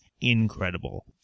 incredible